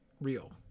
real